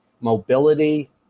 mobility